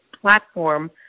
platform